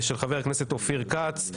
של חבר הכנסת אופיר כץ,